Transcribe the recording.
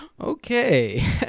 Okay